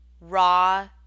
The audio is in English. raw